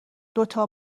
دوتا